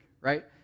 right